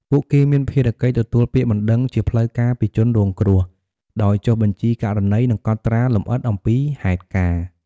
ពួកគេមានភារកិច្ចទទួលពាក្យបណ្ដឹងជាផ្លូវការពីជនរងគ្រោះ ដោយចុះបញ្ជីករណី និងកត់ត្រាលម្អិតអំពីហេតុការណ៍។